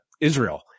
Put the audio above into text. Israel